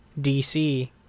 dc